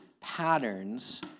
patterns